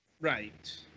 Right